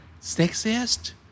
Sexiest